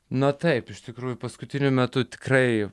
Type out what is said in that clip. na taip iš tikrųjų paskutiniu metu tikrai